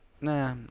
nah